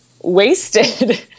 wasted